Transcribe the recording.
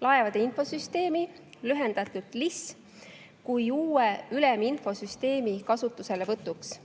laevade infosüsteemi (lühendatult LIS) kui uue üleminfosüsteemi kasutuselevõtuks.